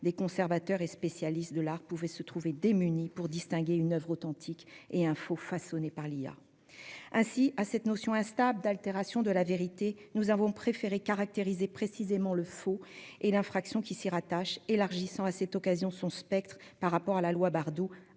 les conservateurs et spécialistes de l'art peuvent se retrouver démunis pour distinguer une oeuvre authentique et un faux façonné par une machine informatique. Plutôt que de nous en remettre à la notion instable d'altération de la vérité, nous avons préféré caractériser précisément le faux et l'infraction qui s'y rattache, élargissant à cette occasion son spectre par rapport à la loi Bardoux,